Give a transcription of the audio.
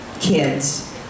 kids